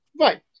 Right